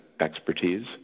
expertise